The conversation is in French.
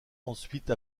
ensuite